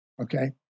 Okay